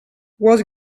was